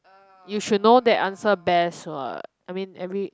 you should know that answer best what I mean every